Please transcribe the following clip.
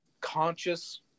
conscious